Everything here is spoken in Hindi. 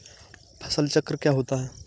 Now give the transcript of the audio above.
फसल चक्र क्या होता है?